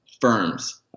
firms